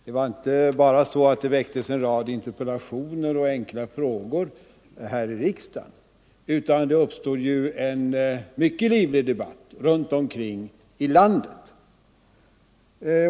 Det framställdes inte bara en rad interpellationer och enkla frågor här i riksdagen, utan det uppstod också en mycket livlig debatt runtom i landet.